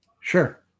Sure